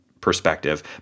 perspective